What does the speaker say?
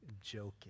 joking